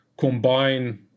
combine